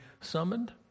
summoned